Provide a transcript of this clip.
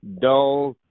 dull